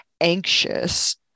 anxious